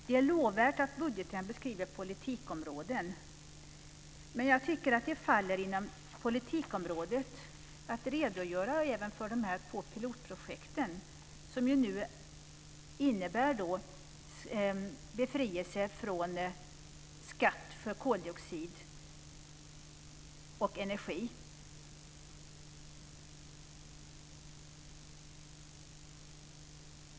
Det är lovvärt att budgeten beskriver politikområden, men jag tycker att det faller inom politikområdet att redogöra även för dessa två pilotprojekt, som ju nu har befrielse från skatt på koldioxid och energi.